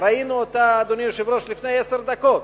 שראינו אותה לפני עשר דקות,